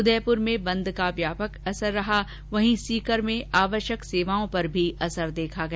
उदयपुर में बंद का व्यापक असर रहा वहीं सीकर में आवश्यक सेवाओं पर भी असर देखा गया